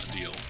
deal